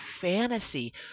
fantasy